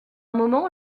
moment